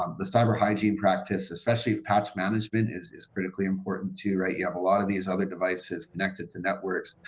um the cyber hygiene practice, especially patch management is is critically important too, right? you have a lot of these other devices connected to networks,